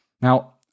Now